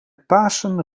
pasen